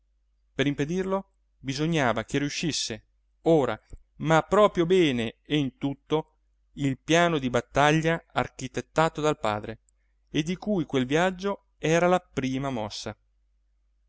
per impedirlo bisognava che riuscisse ora ma proprio bene e in tutto il piano di battaglia architettato dal padre e di cui quel viaggio era la prima mossa